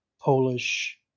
Polish